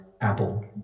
Apple